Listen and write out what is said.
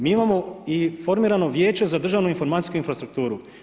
Mi imamo i formirano Vijeće za državnu informaciju infrastrukturu.